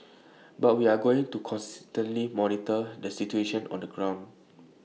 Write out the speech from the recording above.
but we are going to constantly monitor the situation on the ground